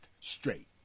straight